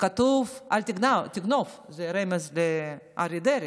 כתוב "לא תגנוב", זה רמז לאריה דרעי.